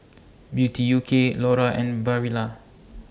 Beauty U K Laura and Barilla